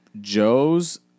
Joe's